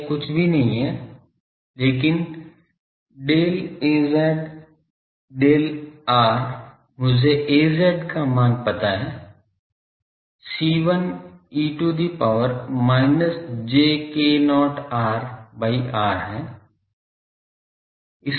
यह कुछ भी नहीं है लेकिन del Az del r मुझे Az का मान पता है C1 e to the power minus j k not r by r है